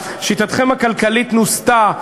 שיטתכם הכלכלית נוסתה,